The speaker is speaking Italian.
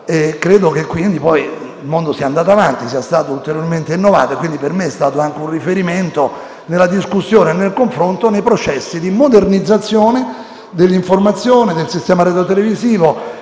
Credo che il mondo sia andato avanti e sia stato ulteriormente innovato. Per me è stato dunque un riferimento, nella discussione e nel confronto, nei processi di modernizzazione dell'informazione e del sistema radiotelevisivo